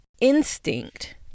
instinct